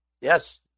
Yes